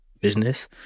business